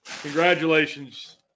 congratulations